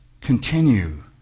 continue